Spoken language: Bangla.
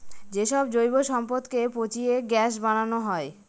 যে সব জৈব সম্পদকে পচিয়ে গ্যাস বানানো হয়